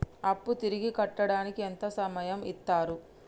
అప్పు తిరిగి కట్టడానికి ఎంత సమయం ఇత్తరు?